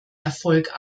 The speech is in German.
erfolg